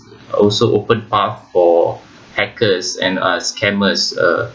also open path for hackers and uh scammers uh